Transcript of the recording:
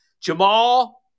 Jamal